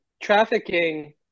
Trafficking